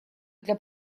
для